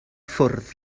ffwrdd